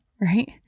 right